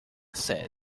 said